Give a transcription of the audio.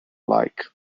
like